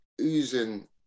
oozing